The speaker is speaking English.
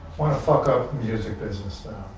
wanna fuck up the music business